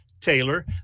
taylor